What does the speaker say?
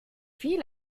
viel